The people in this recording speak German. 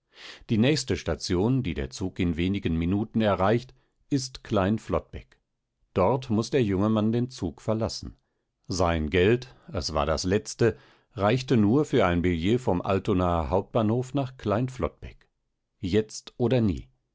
die nächste station die der zug in wenigen minuten erreicht ist klein flottbeck dort muß der junge mann den zug verlassen sein geld es war das letzte reichte nur für ein billett vom altonaer hauptbahnhof nach klein flottbeck jetzt oder nie